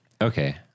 Okay